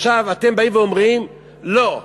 עכשיו אתם באים ואומרים: לא,